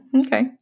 Okay